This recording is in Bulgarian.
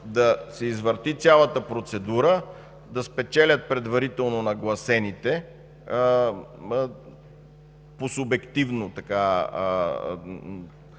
Да се извърти цялата процедура, да спечелят предварително нагласените по субективно